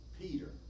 Peter